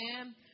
Amen